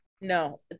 no